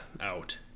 out